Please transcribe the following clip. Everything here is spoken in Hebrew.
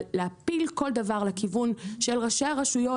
אבל להפיל כל דבר לכיוון של ראשי הרשויות